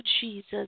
Jesus